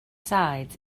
sides